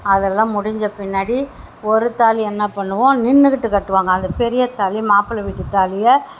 அதெல்லாம் முடிஞ்ச பின்னாடி ஒரு தாலி என்ன பண்ணுவோம் நின்னுக்கிட்டு கட்டுவாங்க அது பெரியதாலி மாப்பிள வீட்டுத்தாலியை